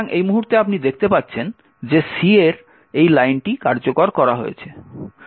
সুতরাং এই মুহুর্তে আপনি দেখতে পাচ্ছেন যে C এর এই লাইনটি কার্যকর করা হয়েছে